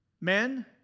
Men